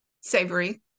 Savory